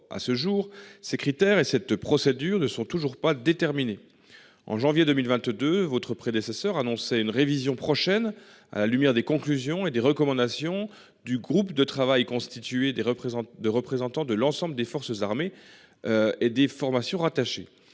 à ce jour, ces critères et cette procédure ne sont toujours pas déterminées. En janvier 2022. Votre prédécesseur annoncé une révision prochaine à la lumière des conclusions et les recommandations du groupe de travail constitué des représentants de représentants de l'ensemble des forces armées. Et des formations rattacher